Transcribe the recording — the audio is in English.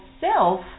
self